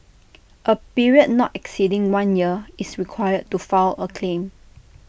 A period not exceeding one year is required to file A claim